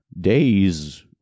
days